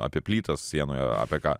apie plytas sienoj apie ką